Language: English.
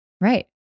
Right